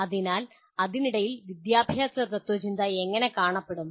അതിനാൽ അതിനടിയിൽ വിദ്യാഭ്യാസ തത്ത്വചിന്ത എങ്ങനെ കാണപ്പെടും